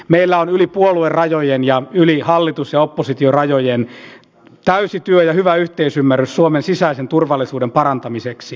meillä on yli puoluerajojen ja yli hallitus ja oppositiorajojen täysi työ ja hyvä yhteisymmärrys suomen sisäisen turvallisuuden parantamiseksi